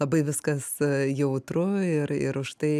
labai viskas jautru ir ir užtai